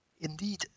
Indeed